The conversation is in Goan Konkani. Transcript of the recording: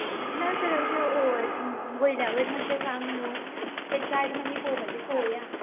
आं ना सर अशें ओवर वयल्या वयर मातशें सांग न्हू ते चार्ट मागीर पोवपाचें पोवया